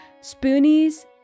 Spoonies